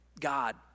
God